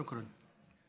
שוכרן.